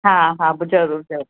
हा हा ज़रूरु ज़रूरु